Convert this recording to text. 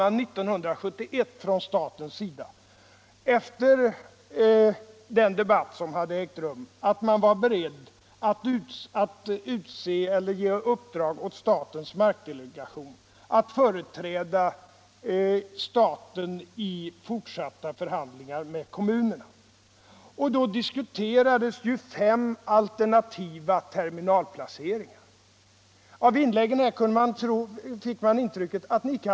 Men 1971 sade staten efter den debatt som hade ägt rum att man var beredd att ge statens markdelegation i uppdrag att företräda staten vid fortsatta förhandlingar med kommunerna. Då diskuterades fem alternativa terminalplaceringar. Solnas representanter var med i denna diskussion.